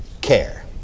care